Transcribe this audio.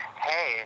Hey